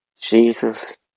Jesus